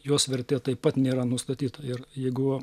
jos vertė taip pat nėra nustatyta ir jeigu